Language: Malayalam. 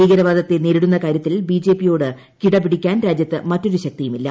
ഭീകരവാദത്തെ നേരിടുന്ന കാര്യത്തിൽ ബി ജെ പി യോട് കിടപിടിക്കാൻ രാജ്യത്ത് മറ്റൊരു് ശ്ക്തിയും ഇല്ല